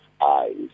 eyes